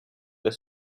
his